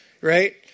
right